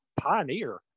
pioneer